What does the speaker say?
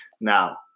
Now